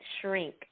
shrink